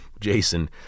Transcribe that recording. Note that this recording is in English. Jason